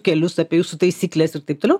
kelius apie jūsų taisykles ir taip toliau